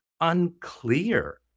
unclear